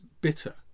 bitter